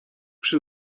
przy